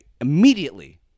immediately